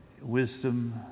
Wisdom